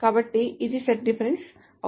కాబట్టి ఇది set difference అవుతుంది